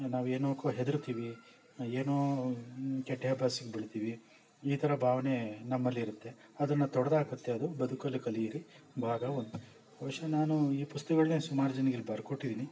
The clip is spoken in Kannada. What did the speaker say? ನಾವು ಏನಕ್ಕೋ ಹೆದರುತೀವಿ ಏನೋ ಕೆಟ್ಯಭ್ಯಾಸಕ್ಕೆ ಬೀಳ್ತೀವಿ ಈ ಥರ ಭಾವನೆ ನಮ್ಮಲ್ಲಿರತ್ತೆ ಅದನ್ನು ತೊಡದಾಕತ್ತೆ ಅದು ಬದುಕಲು ಕಲಿಯಿರಿ ಭಾಗ ಒಂದು ಬಹುಶಃ ನಾನು ಈ ಪುಸ್ತ್ಗಳ್ನೇ ಸುಮಾರು ಜನಗೆ ಬರ್ಕೊಟ್ಟಿದ್ದೀನಿ